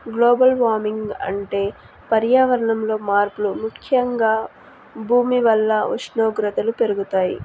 global warming అంటే పర్యావరణంలో మార్పులు ముఖ్యంగా భూమి వల్ల ఉష్ణోగ్రతలు పెరుగుతాయి